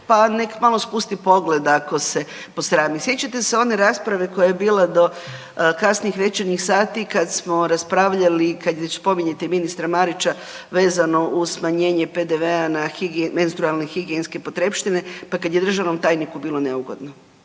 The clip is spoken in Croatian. pa nek' malo spusti pogleda ako se posrami. Sjećate se one rasprave koja je bila do kasnih večernjih sati kad smo raspravljali, kad već spominjete ministra Marića vezano uz smanjenje PDV-a na menstrualne higijenske potrepštine, pa kad je državnom tajniku bilo neugodno.